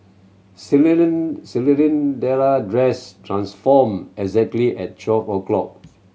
dress transformed exactly at twelve o' clock